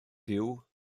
duw